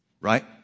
Right